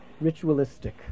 ritualistic